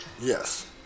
yes